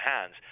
hands